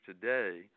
today